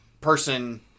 person